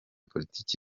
politiki